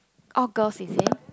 all girls is it